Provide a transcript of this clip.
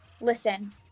listen